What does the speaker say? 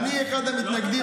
אני אחד המתנגדים.